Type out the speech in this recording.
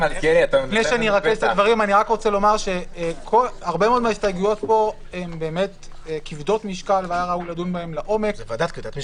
הרבה מאוד מההסתייגויות פה הן כבדות משקל והיה ראוי לדון בהן לעומק.